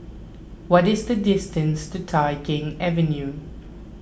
what is the distance to Tai Keng Avenue